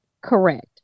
correct